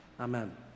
Amen